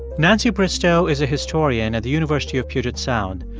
nancy bristow is a historian at the university of puget sound.